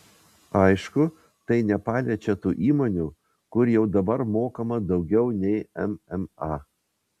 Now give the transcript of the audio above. aišku tai nepaliečia tų įmonių kur jau dabar mokama daugiau nei mma